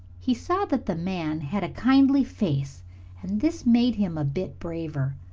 he saw that the man had a kindly face and this made him a bit braver.